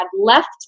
left